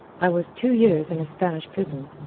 i was two years in a spanish prison.